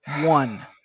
One